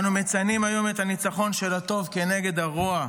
אנו מציינים היום את הניצחון של הטוב כנגד הרוע,